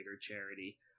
charity